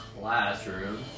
classroom